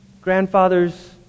grandfather's